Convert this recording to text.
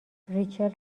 ریچل